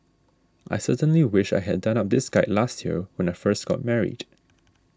I certainly wish I had done up this guide last year when I first got married